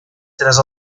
tres